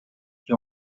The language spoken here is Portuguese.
que